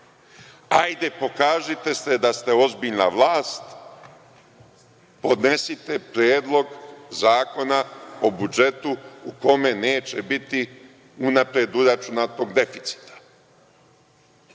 Hajde, pokažite se da ste ozbiljna vlast, podnesite predlog zakona o budžetu u kome neće biti unapred uračunatog deficita.